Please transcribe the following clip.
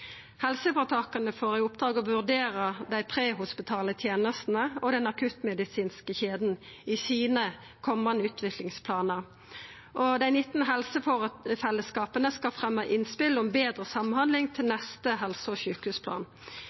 Helseføretaka får i oppdrag å vurdera dei prehospitale tenestene og den akuttmedisinske kjeda i dei komande utviklingsplanane sine. Dei 19 helsefellesskapa skal fremja innspel om betre samhandling til neste helse- og sjukehusplan.